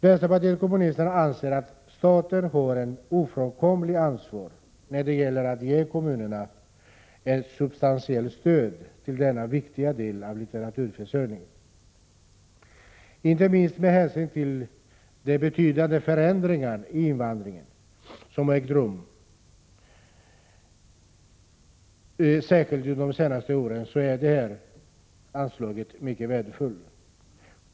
Vänsterpartiet kommunisterna anser att staten har ett ofrånkomligt ansvar när det gäller att ge kommunerna ett substantiellt stöd till denna viktiga del av litteraturförsörjningen. Inte minst med hänsyn till de betydande förändringar i invandringen som har ägt rum särskilt under de 89 senaste åren är detta anslag mycket värdefullt.